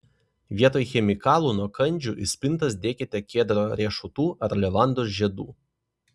vietoj chemikalų nuo kandžių į spintas dėkite kedro riešutų ar levandos žiedų